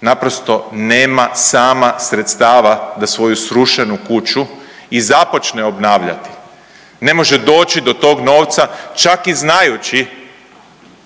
naprosto nema sama sredstava da svoju srušenu kuću i započne obnavljati, ne može doći do tog novca čak i znajući